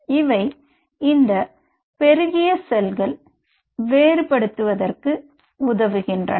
இவை இந்த பெருகிய செல்கள் வேறுபடுவதற்கு உதவுகின்றன